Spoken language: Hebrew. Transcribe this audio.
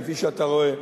כפי שאתה רואה,